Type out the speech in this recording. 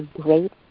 great